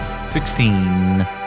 Sixteen